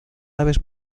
aves